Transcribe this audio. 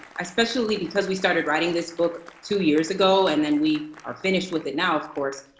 especially because we started writing this book two years ago, and then we are finished with it now, of course,